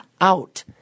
out